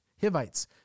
Hivites